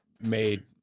made